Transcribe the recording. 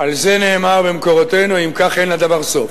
על זה נאמר במקורותינו, אם כך, אין לדבר סוף.